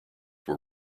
were